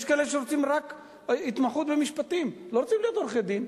יש כאלה שרוצים רק התמחות במשפטים ולא רוצים להיות עורכי-דין,